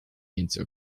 into